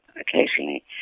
occasionally